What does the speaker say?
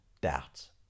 doubts